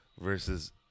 versus